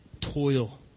Toil